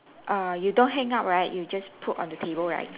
uh you don't hang up right you just put on the table right